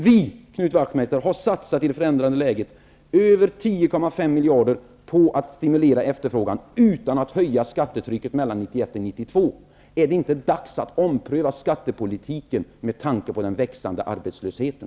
Vi har, Knut Wachtmeister, satsat i det förändrade läget över 10,5 miljarder på att stimulera efterfrågan utan att höja skattetrycket mellan 1991 och 1992. Är det inte dags att ompröva skattepolitiken med tanke på den växande arbetslösheten?